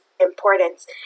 importance